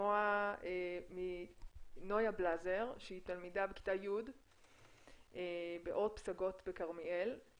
לשמוע מנויה בלזר שהיא תלמידה בכיתה י' באורט פסגות בכרמיאל,